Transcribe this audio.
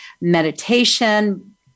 meditation